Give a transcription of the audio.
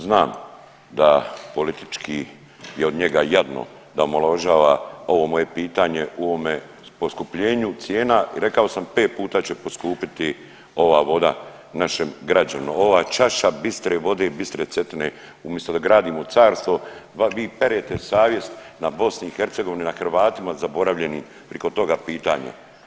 Znam da politički je od njega jadno da omalovažava ovo moje pitanje u ovome poskupljenju cijena i rekao sam 5 puta će poskupiti ova voda našem građanu, ova čaša bistre vode, bistre Cetine umisto da gradimo carstvo vi perete savjest na BiH, na Hrvatima zaboravljenim priko toga pitanja.